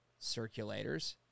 circulators